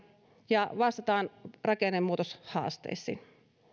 ja vastataan rakennemuutoshaasteisiin